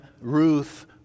Ruth